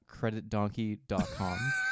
Creditdonkey.com